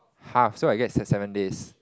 half so I get just seven days